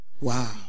Wow